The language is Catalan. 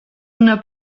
una